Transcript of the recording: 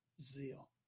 zeal